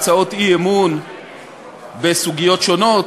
להצעות אי-אמון בסוגיות שונות,